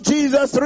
Jesus